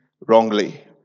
wrongly